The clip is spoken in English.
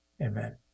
Amen